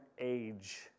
age